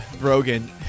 Rogan